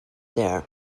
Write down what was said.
there